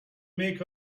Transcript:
make